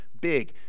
big